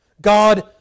God